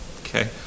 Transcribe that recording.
Okay